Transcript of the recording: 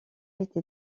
été